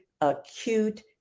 acute